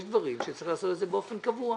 יש דברים שצריך לעשות אותם באופן קבוע.